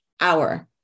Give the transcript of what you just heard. hour